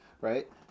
right